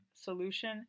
solution